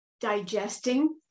digesting